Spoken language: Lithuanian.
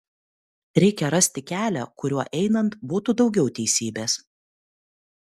reikia rasti kelią kuriuo einant būtų daugiau teisybės